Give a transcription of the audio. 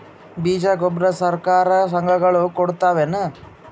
ಬೀಜ ಗೊಬ್ಬರ ಸರಕಾರ, ಸಂಘ ಗಳು ಕೊಡುತಾವೇನು?